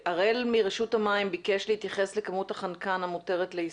הראל, ביקש להתייחס לכמות החנקן המותרת ליישום.